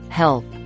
help